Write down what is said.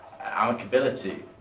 amicability